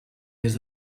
des